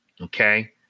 okay